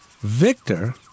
Victor